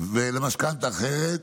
ולמשכנתה אחרת.